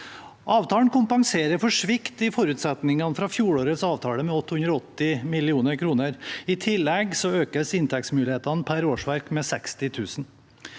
Avtalen kompenserer for svikt i forutsetningene fra fjorårets avtale med 888 mill. kr. I tillegg økes inntektsmulighetene per årsverk med 60 000